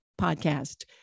podcast